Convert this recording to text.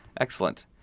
Excellent